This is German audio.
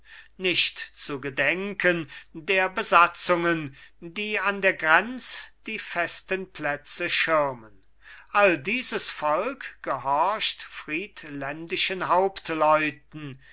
nicht zu gedenken der besatzungen die an der grenz die festen plätze schirmen all dieses volk gehorcht friedländischen hauptleuten